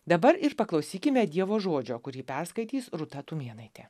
dabar ir paklausykime dievo žodžio kurį perskaitys rūta tumėnaitė